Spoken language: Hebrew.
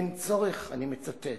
"אין צורך", אני מצטט,